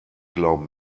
glauben